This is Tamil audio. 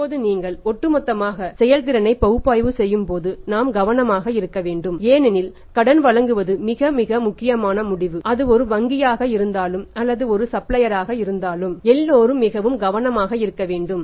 இப்போது நீங்கள் ஒட்டுமொத்த செயல்திறனைப் பகுப்பாய்வு செய்யும் போது நாம் கவனமாக இருக்க வேண்டும் ஏனெனில் கடன் வழங்குவது மிக மிக முக்கியமான முடிவு அது ஒரு வங்கியாக இருந்தாலும் அல்லது அது ஒரு சப்ளையராக இருந்தாலும் எல்லோரும் மிகவும் கவனமாக இருக்க வேண்டும்